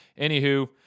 Anywho